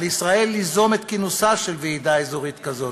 על ישראל ליזום את כינוסה של ועידה אזורית כזאת,